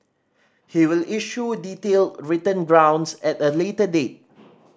he will issue detailed written grounds at a later date